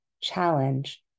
challenge